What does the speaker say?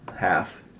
half